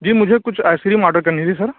جی مجھے کچھ ice cream order کرنی تھی سر